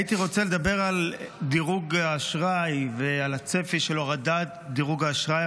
הייתי רוצה לדבר על דירוג האשראי ועל הצפי של הורדת דירוג האשראי,